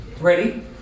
Ready